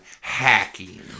hacking